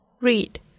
Read